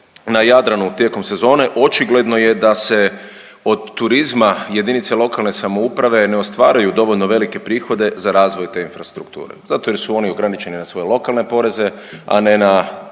na Jadranu tijekom sezone, očigledno je da se od turizma jedinice lokalne samouprave ne ostvaruju dovoljno velike prihode za razvoj te infrastrukture zato jer su oni ograničeni na svoje lokalne poreze, a ne na